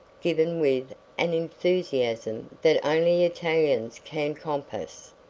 given with an enthusiasm that only italians can compass.